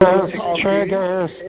Triggers